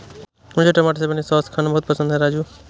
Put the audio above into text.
मुझे टमाटर से बने सॉस खाना बहुत पसंद है राजू